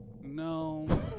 No